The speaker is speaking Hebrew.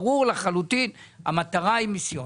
ברור לחלוטין שהמטרה היא מיסיון.